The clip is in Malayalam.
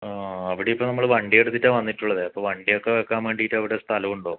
ആ അവിടെയിപ്പം നമ്മൾ വണ്ടിയെടുത്തിട്ടാണ് വന്നിട്ടുള്ളത് അപ്പം വണ്ടിയൊക്കെ വയ്ക്കാൻ വേണ്ടിയിട്ട് അവിടെ സ്ഥലമുണ്ടോ